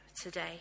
today